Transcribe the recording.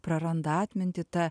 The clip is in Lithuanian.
praranda atmintį ta